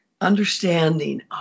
understanding